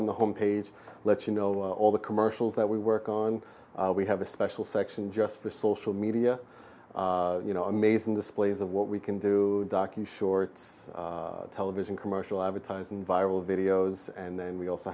on the home page let you know all the commercials that we work on we have a special section just for social media you know amazing displays of what we can do docking shorts television commercial advertising viral videos and then we also